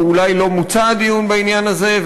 או אולי לא מוצה הדיון בעניין הזה,